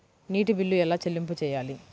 నీటి బిల్లు ఎలా చెల్లింపు చేయాలి?